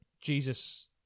Jesus